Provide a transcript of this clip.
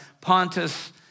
Pontus